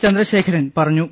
ചന്ദ്രശേഖരൻ പറഞ്ഞു